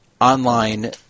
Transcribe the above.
online